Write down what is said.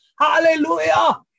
Hallelujah